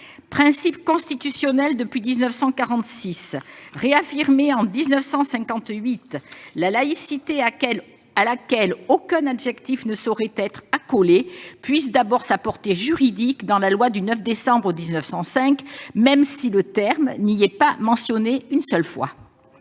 Principe constitutionnel depuis 1946, réaffirmé en 1958, la laïcité, à laquelle aucun adjectif ne saurait être accolé, puise d'abord sa portée juridique dans la loi du 9 décembre 1905, même si le terme n'y est pas mentionné une seule fois.